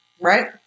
Right